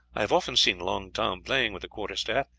i have often seen long tom playing with the quarter-staff,